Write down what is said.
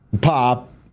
Pop